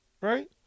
Right